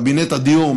בקבינט הדיור,